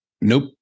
Nope